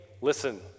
listen